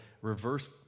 reverse